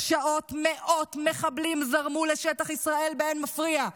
שעות מאות מחבלים זרמו לשטח ישראל באין מפריע,